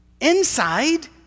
Inside